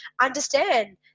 understand